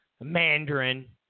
Mandarin